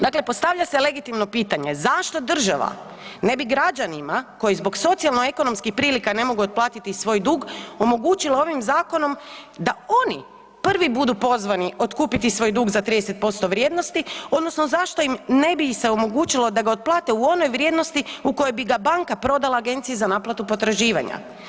Dakle, postavlja se legitimno pitanje zašto država ne bi građanima koji zbog socijalno ekonomskih prilika ne mogu otplatiti svoj dug omogućila ovim zakonom da oni prvi budu pozvani otkupiti svoj dug za 30% vrijednosti odnosno zašto im se omogućilo da ga otplate u onoj vrijednosti u kojoj bi ga banka prodala agenciji za naplatu potraživanja?